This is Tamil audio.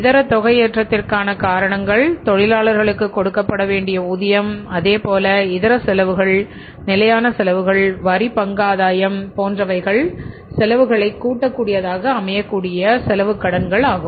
இதர தொகை ஏற்றத்திற்கான காரணங்கள் தொழிலாளர்களுக்கு கொடுக்கப்பட வேண்டிய ஊதியம் அதேபோல இதர செலவுகள் நிலையான செலவுகள் வரி பங்காதாயம் போன்றவைகள் செலவுகளை கூட்ட கூடியதாக அமையக்கூடிய செலவு கடன்கள் ஆகும்